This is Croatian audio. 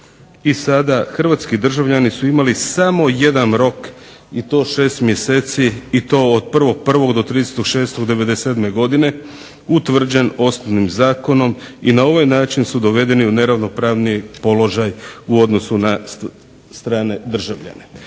i sada hrvatski državljani su imali samo jedan rok i to šest mjeseci i to od 1.1. do 30.6.'97. godine utvrđen osnovnim zakonom i na ovaj načinu su dovedeni u neravnopravniji položaj u odnosu na strane državljane.